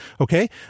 Okay